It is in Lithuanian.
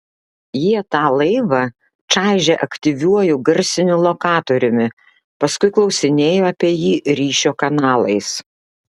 jie tą laivą čaižė aktyviuoju garsiniu lokatoriumi paskui klausinėjo apie jį ryšio kanalais